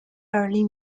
early